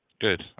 Good